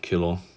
okay lor